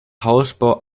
hausbau